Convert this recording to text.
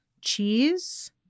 cheese